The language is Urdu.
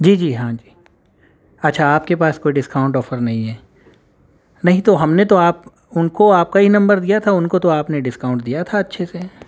جی جی ہاں جی اچھا آپ کے پاس کوئی ڈسکاؤنٹ آفر نہیں ہے نہیں تو ہم نے تو آپ ان کو آپ کا ہی نمبر دیا تھا ان کو تو آپ نے ڈسکاؤنٹ دیا تھا اچھے سے